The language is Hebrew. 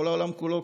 כל העולם כולו.